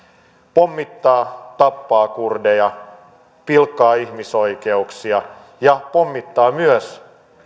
pommittaa tappaa kurdeja pilkkaa ihmisoikeuksia ja pommittaa myös